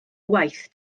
waith